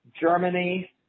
Germany